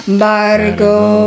bargo